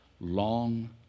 Long